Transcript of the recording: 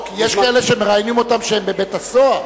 יש כאלה שמראיינים אותם כשהם בבית-הסוהר.